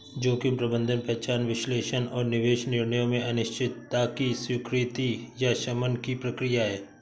जोखिम प्रबंधन पहचान विश्लेषण और निवेश निर्णयों में अनिश्चितता की स्वीकृति या शमन की प्रक्रिया है